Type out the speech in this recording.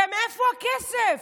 ומאיפה הכסף?